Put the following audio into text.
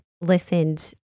listened